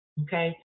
okay